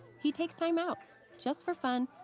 he takes time out just for fun,